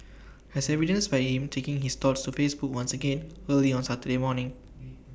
as evidenced by him taking his thoughts to Facebook once again early on Saturday morning